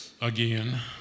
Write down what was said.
again